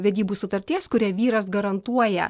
vedybų sutarties kuria vyras garantuoja